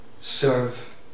serve